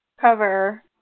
cover